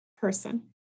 person